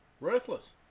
ruthless